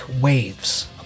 waves